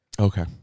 Okay